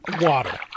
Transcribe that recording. Water